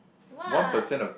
what